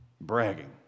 Bragging